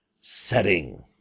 setting